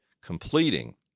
completing